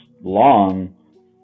long